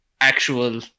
actual